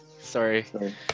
Sorry